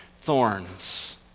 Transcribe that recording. thorns